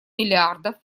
миллиардов